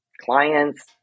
clients